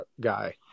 guy